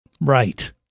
Right